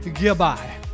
Goodbye